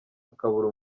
akabura